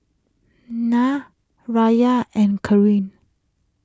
Nat Riya and Corinne